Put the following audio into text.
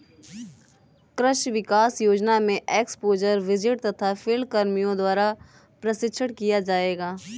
कृषि विकास योजना में एक्स्पोज़र विजिट तथा फील्ड कर्मियों द्वारा प्रशिक्षण किया जाएगा